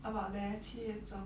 about there 七月中